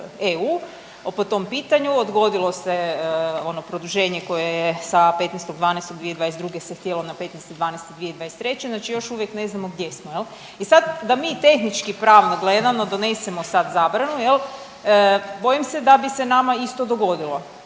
po tom pitanju, odgodilo se ono produženje koje je sa 15.12.2022. se htjelo na 15.12.2023. Znači još uvijek ne znamo gdje smo i sad da mi tehnički pravno gledano donesemo sad zabranu, jel' bojim se da bi se nama isto dogodilo.